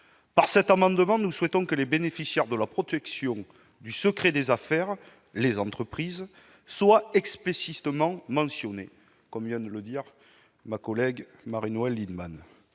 Par cet amendement, nous souhaitons que les bénéficiaires de la protection du secret des affaires, les entreprises, soient explicitement mentionnés, comme vient de le dire ma collègue Marie-Noëlle Lienemann.